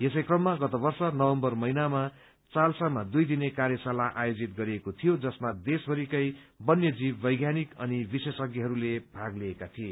यसै कममा गत वर्ष नवम्बर महीनामा चालसामा दुइ दिने कार्यशाला आयोजित गरिएको थियो जसमा देशभरिकै वन्यजीव वैज्ञानिक अनि विशेषज्ञहरूले भाग लिएको थिए